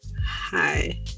Hi